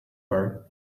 her